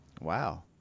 Wow